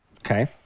Okay